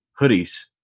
hoodies